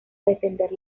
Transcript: defender